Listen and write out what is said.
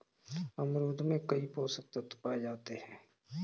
अमरूद में कई पोषक तत्व पाए जाते हैं